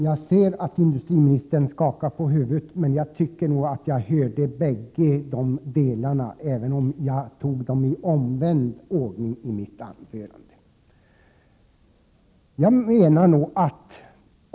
Jag ser att industriministern skakar på huvudet, men jag tyckte nog att jag hörde båda dessa saker, även om industriministern anförde dem i omvänd ordning.